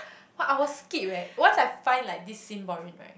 one hour skip eh once I find like this seen boring right